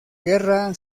guerra